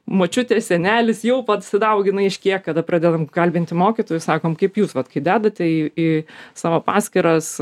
močiutė senelis jau pats sudaugina aiškėja kada pradedam kalbinti mokytojus sakom kaip jūs vat kai dedate į į savo paskyras